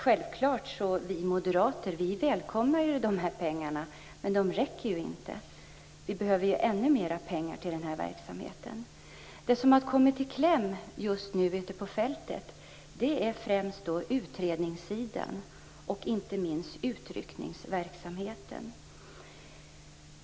Självklart välkomnar vi moderater dessa pengar, men det räcker inte. Vi behöver ännu mer pengar till den här verksamheten. Det som kommit i kläm ute på fältet är främst utredningssidan och inte minst utryckningsverksamheten.